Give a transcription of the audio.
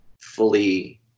fully